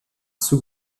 sous